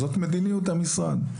זאת מדיניות המשרד.